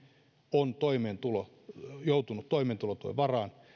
on joutunut toimeentulotuen varaan